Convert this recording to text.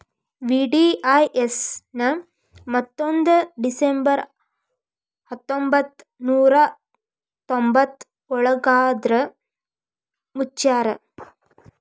VDIS ನ ಮುವತ್ತೊಂದ್ December ಹತ್ತೊಂಬತ್ ನೂರಾ ತೊಂಬತ್ತಯೋಳ್ರಾಗ ಮುಚ್ಚ್ಯಾರ